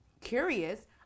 curious